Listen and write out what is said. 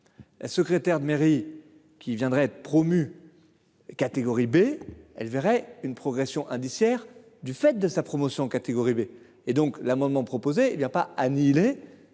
Secrétaire de mairie qui viendrait promu. Catégorie B elle verrait une progression indiciaire du fait de sa promotion catégorie B et donc l'amendement proposé il y a pas annihiler